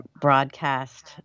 broadcast